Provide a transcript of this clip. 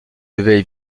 devaient